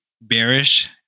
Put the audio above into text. bearish